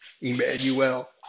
Emmanuel